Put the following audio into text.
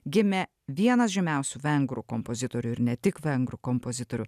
gimė vienas žymiausių vengrų kompozitorių ir ne tik vengrų kompozitorių